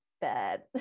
bad